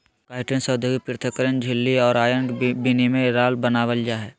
chitin से औद्योगिक पृथक्करण झिल्ली और आयन विनिमय राल बनाबल जा हइ